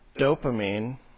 dopamine